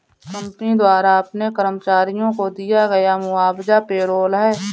company द्वारा अपने कर्मचारियों को दिया गया मुआवजा पेरोल है